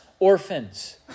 Orphans